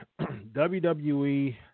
WWE